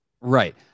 right